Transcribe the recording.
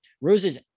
rose's